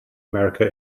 america